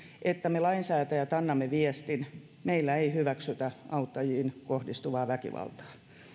että me lainsäätäjät annamme viestin meillä ei hyväksytä auttajiin kohdistuvaa väkivaltaa